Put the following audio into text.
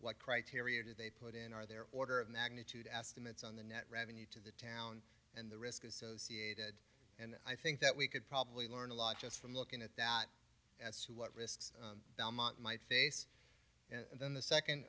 what criteria do they put in are their order of magnitude estimates on the net revenue to the town and the risk associated and i think that we could probably learn a lot just from looking at that as to what risks might face and then the second